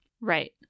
Right